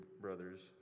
brothers